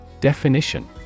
Definition